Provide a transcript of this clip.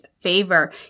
favor